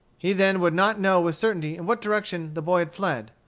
he then would not know with certainty in what direction the boy had fled.